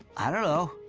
i don't know.